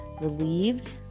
relieved